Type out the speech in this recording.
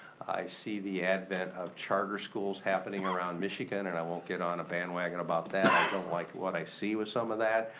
i see the advent of charter schools happening around michigan, and i won't get on a bandwagon about that, i don't like what i see with some of that.